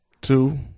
two